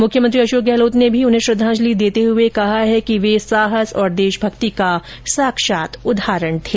मुख्यमंत्री अशोक गहलोत ने भी उन्हें श्रद्वांजलि देते हए कहा है कि वे साहस और देशभक्ति के साक्षात उदाहरण थे